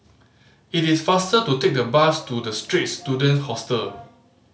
it is faster to take the bus to The Straits Student Hostel